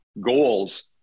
goals